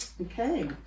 Okay